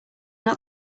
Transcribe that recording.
not